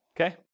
Okay